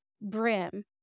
brim